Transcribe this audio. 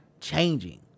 changing